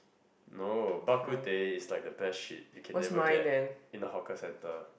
no bak kut teh is like the best shit you can never get in a hawker centre